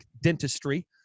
Dentistry